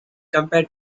compared